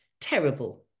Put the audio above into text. terrible